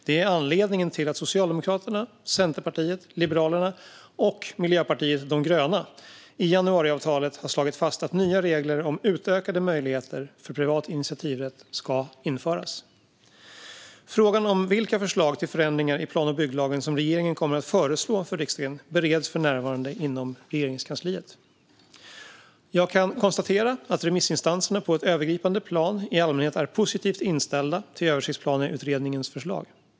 Det är anledningen till att Socialdemokraterna, Centerpartiet, Liberalerna och Miljöpartiet de gröna i januariavtalet har slagit fast att nya regler om utökade möjligheter för privat initiativrätt ska införas. Frågan om vilka förslag till förändringar i plan och bygglagen som regeringen kommer att föreslå för riksdagen bereds för närvarande inom Regeringskansliet. Jag kan konstatera att remissinstanserna på ett övergripande plan i allmänhet är positivt inställda till Översiktsplaneutredningens förslag.